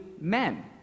men